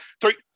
Three